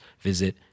visit